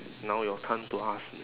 now your turn to ask me